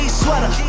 sweater